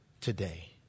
today